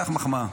קח מחמאה.